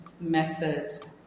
methods